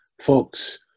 folks